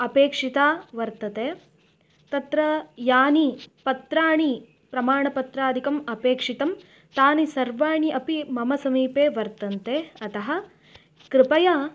अपेक्षिता वर्तते तत्र यानि पत्राणि प्रमाणपत्रादिकम् अपेक्षितं तानि सर्वाणि अपि मम समीपे वर्तन्ते अतः कृपया